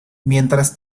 mientras